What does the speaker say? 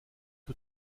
que